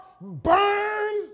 burn